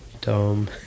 dumb